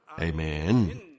Amen